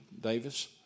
Davis